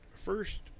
first